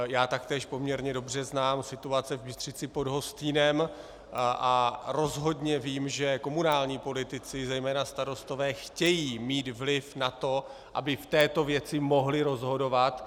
Já taktéž poměrně dobře znám situaci v Bystřici pod Hostýnem a rozhodně vím, že komunální politici, zejména starostové, chtějí mít vliv na to, aby v této věci mohli rozhodovat.